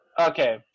Okay